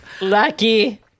Lucky